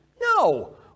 no